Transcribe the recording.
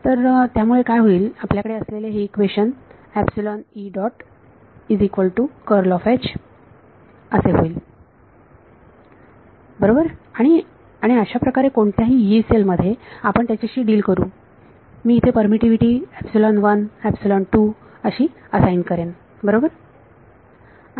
तर त्यामुळे काय होईल आपल्याकडे असलेले हे इक्वेशन असे होईल बरोबर आणि आणि अशाप्रकारे कोणत्याही यी सेल मध्ये आपण त्याच्याशी डील करू मी इथे परमिटीव्हीटी अशी असाइन करेन बरोबर